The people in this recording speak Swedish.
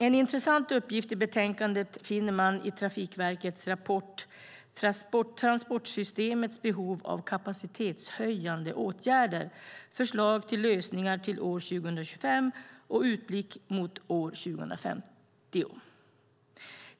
En intressant uppgift i betänkandet finner man i Trafikverkets rapport Transportsystemets behov av kapacitetshöjande åtgärder - förslag till lösningar till år 2025 och utblick mot år 2050 .